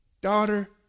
daughter